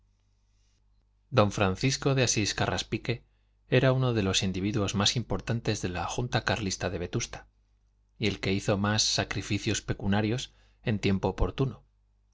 don francisco de asís carraspique era uno de los individuos más importantes de la junta carlista de vetusta y el que hizo más sacrificios pecuniarios en tiempo oportuno